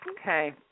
Okay